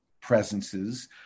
presences